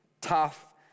tough